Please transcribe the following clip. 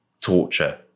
torture